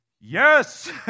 yes